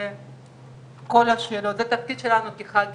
אני מקווה מאוד שאתם נמצאים כבר בשיח עם גורמי